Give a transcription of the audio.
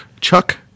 chuck